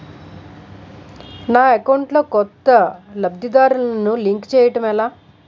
నా అకౌంట్ లో కొత్త లబ్ధిదారులను లింక్ చేయటం ఎలా?